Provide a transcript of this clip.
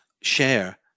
share